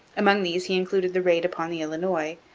among these he included the raid upon the illinois,